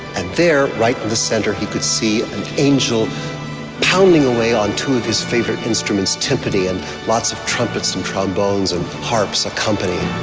and there, right in the center, he could see an angel pounding away on two of his favorite instruments, timpani and lots of trumpets and trombones and harps accompanying.